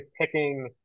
picking